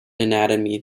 anatomy